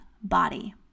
body